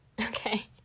Okay